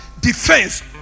defense